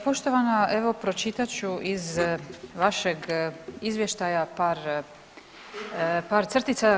Poštovana evo pročitat ću iz vašeg izvještaja par crtica.